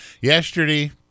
Yesterday